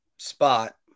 spot